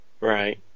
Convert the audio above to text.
Right